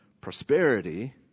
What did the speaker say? prosperity